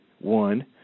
one